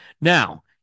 Now